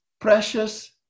precious